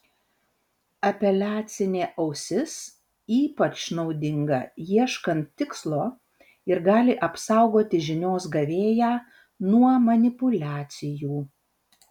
apeliacinė ausis ypač naudinga ieškant tikslo ir gali apsaugoti žinios gavėją nuo manipuliacijų